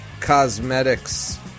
Cosmetics